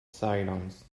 silence